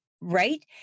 Right